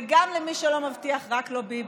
וגם למי שלא מבטיח "רק לא ביבי",